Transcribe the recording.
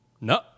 No